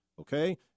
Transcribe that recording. okay